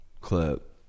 clip